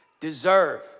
deserve